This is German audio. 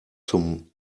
zum